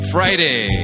Friday